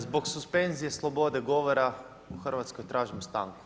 Zbog suspenzije slobode govora u Hrvatskoj tražim stanku.